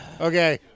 Okay